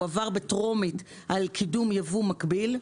הוא עבר בטרומית על קידום יבוא מקביל.